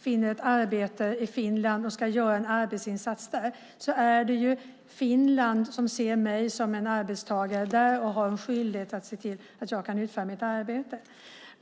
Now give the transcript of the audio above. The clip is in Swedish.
finner ett arbete i Finland och ska göra en arbetsinsats där är det Finland som ser mig som en arbetstagare och har en skyldighet att se till att jag kan utföra mitt arbete.